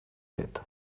lit